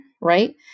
right